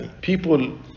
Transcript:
people